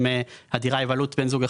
אם הדירה היא בבעלות אחד מבני הזוג,